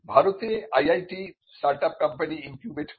ভারতে IIT startup company incubate করে